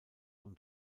und